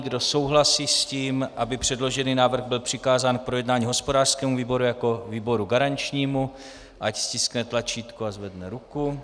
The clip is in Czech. Kdo souhlasí s tím, aby předložený návrh byl přikázán k projednání hospodářskému výboru jako výboru garančnímu, ať stiskne tlačítko a zvedne ruku.